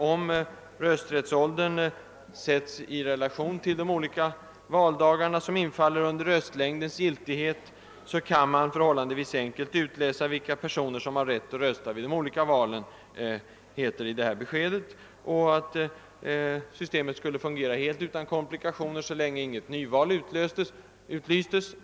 Om rösträttsåldern sätts i relation till de olika valdagar, som infaller under röstlängdens giltighet, kan man förhållandevis enkelt utläsa vilka personer som har rätt att rösta vid de olika valen. Systemet skulle fungera helt utan komplikationer så länge inget nyval utlystes.